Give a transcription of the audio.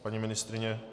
Paní ministryně?